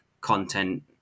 content